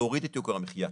להוריד את יוקר המחייה.